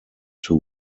two